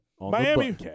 Miami